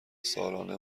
سالانه